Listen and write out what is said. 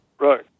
Right